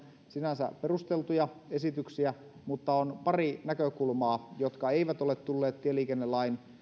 sinänsä aivan perusteltuja esityksiä mutta on pari näkökulmaa jotka eivät ole tulleet tieliikennelain